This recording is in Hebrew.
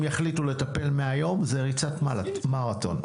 אם יחליטו לטפל מהיום, זה ריצת מרתון.